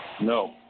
No